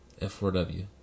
F4W